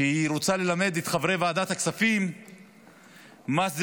שרוצה ללמד את חברי ועדת הכספים מה הם